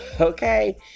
okay